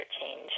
change